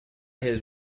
his